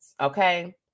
Okay